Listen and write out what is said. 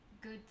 good